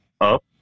up